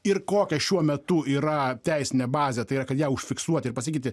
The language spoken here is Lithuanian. ir kokia šiuo metu yra teisinė bazė tai yra kad ją užfiksuoti ir pasakyti